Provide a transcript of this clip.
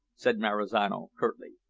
said marizano, curtly.